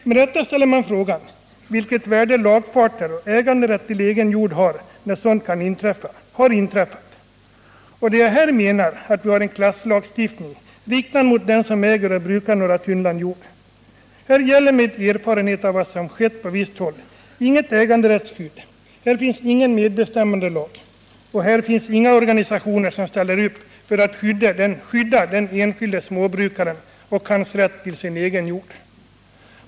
Med rätta ställer man sig frågan vilket värde lagfarter och äganderätt till egen jord har, när sådant kan och har inträffat. Och det är mot den bakgrunden jag menar att vi har en klasslagstiftning, riktad mot den som äger och brukar några tunnland jord. Här gäller med erfarenhet av vad som skett på visst håll inget äganderättsskydd, här finns ingen medbestämmandelag och här finns inga organisationer som ställer upp för att skydda den enskilde småbrukaren och hans rätt till sin egen jord.